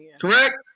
Correct